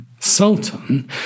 sultan